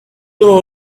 will